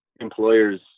employers